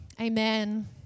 Amen